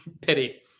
Pity